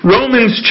Romans